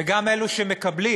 וגם אלה שמקבלים,